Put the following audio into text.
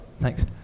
thanks